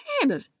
Hannah